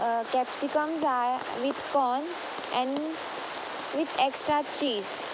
capsicum जाय with corn and with extra cheese